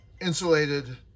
Insulated